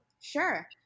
sure